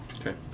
Okay